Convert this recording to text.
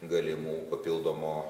galimų papildomų